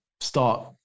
start